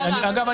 אגב,